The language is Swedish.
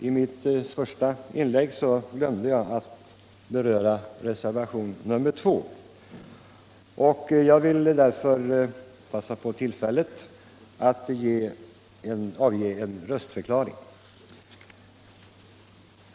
I mitt första inlägg glömde jag att beröra reservationen 2, och jag vill därför passa på tillfället att avge en röstförklaring.